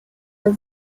риба